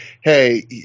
hey